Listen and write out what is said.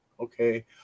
Okay